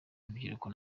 urubyiruko